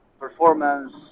performance